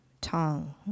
tongue